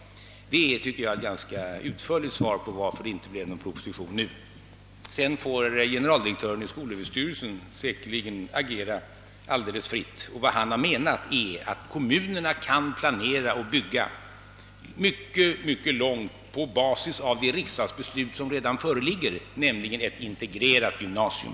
Detta är, tycker jag, ett ganska utförligt svar på frågan varför det inte framlagts någon proposition nu, Sedan får generaldirektören i skolöverstyrelsen säkerligen agera alldeles fritt. Vad han har menat är att kommunerna kan planera och bygga mycket långt på basis av det riksdagsbeslut som redan föreligger, ett integrerat gymnasium.